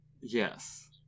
Yes